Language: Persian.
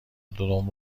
دوم